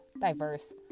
diverse